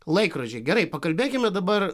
laikrodžiai gerai pakalbėkime dabar